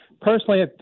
Personally